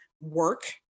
work